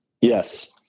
Yes